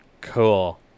cool